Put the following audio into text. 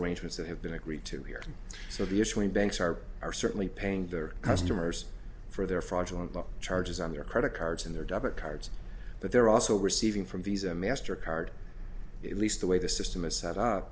arrangements that have been agreed to here so obviously banks are are certainly paying their customers for their fraudulent charges on their credit cards and their debit cards but they're also receiving from visa master card at least the way the system is set up